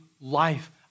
life